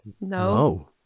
No